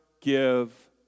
give